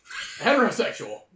heterosexual